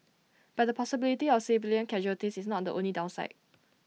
but the possibility of civilian casualties is not the only downside